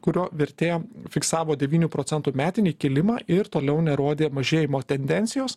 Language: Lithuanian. kurio vertė fiksavo devynių procentų metinį kilimą ir toliau nerodė mažėjimo tendencijos